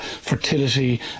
fertility